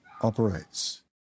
operates